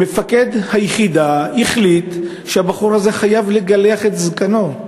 מפקד היחידה החליט שהבחור הזה חייב לגלח את זקנו.